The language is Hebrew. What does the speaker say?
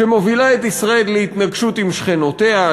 שמובילה את ישראל להתנגשות עם שכנותיה,